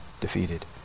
defeated